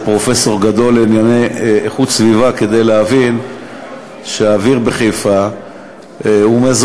פרופסור גדול לענייני איכות סביבה כדי להבין שהאוויר בחיפה מזוהם.